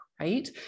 right